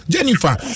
Jennifer